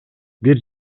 бир